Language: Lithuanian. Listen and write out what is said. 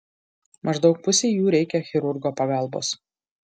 maždaug pusei jų reikia chirurgo pagalbos